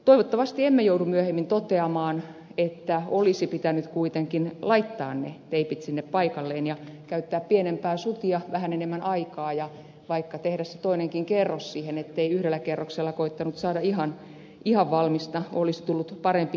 toivottavasti emme joudu myöhemmin toteamaan että olisi pitänyt kuitenkin laittaa ne teipit sinne paikalleen ja käyttää pienempää sutia vähän enemmän aikaa ja vaikka tehdä se toinenkin kerros siihen ettei olisi yhdellä kerroksella koettanut saada ihan valmista olisi tullut parempi lopputulos niin